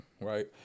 right